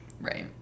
Right